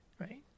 right